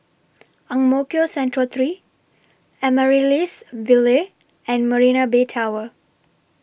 Ang Mo Kio Central three Amaryllis Ville and Marina Bay Tower